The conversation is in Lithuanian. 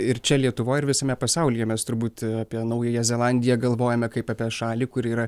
ir čia lietuvoj ir visame pasaulyje mes turbūt apie naująją zelandiją galvojame kaip apie šalį kuri yra